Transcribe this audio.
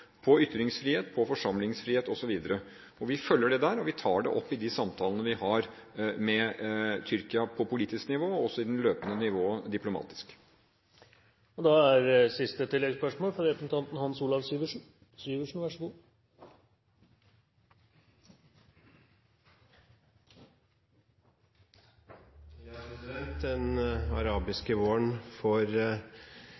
Vi følger det der, og vi tar det opp i de samtalene vi har med Tyrkia på politisk nivå, og også i den løpende